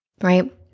right